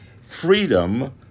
Freedom